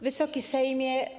Wysoki Sejmie!